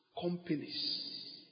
companies